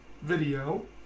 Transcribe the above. video